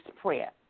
prayer